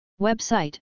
Website